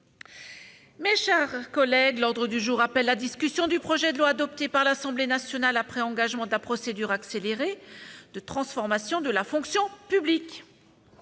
de cette demande. L'ordre du jour appelle la discussion du projet de loi, adopté par l'Assemblée nationale après engagement de la procédure accélérée, de transformation de la fonction publique